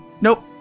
nope